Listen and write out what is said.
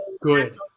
good